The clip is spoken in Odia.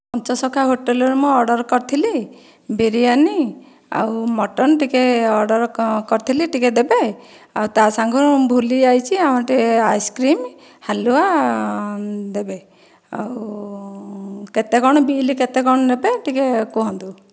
ପଞ୍ଚସଖା ହୋଟେଲରେ ମୁଁ ଅର୍ଡ଼ର କରିଥିଲି ବିରିୟାନୀ ଆଉ ମଟନ୍ ଟିକିଏ ଅର୍ଡ଼ର କରିଥିଲି ଟିକିଏ ଦେବେ ଆଉ ତା ସାଙ୍ଗକୁ ଭୁଲିଯାଇଛି ଆଉ ଟିକିଏ ଆଇସ୍କ୍ରିମ୍ ହାଲ୍ୱା ଦେବେ ଆଉ କେତେ କ'ଣ ବିଲ୍ କେତେ କ'ଣ ନେବେ ଟିକିଏ କୁହନ୍ତୁ